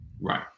right